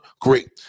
great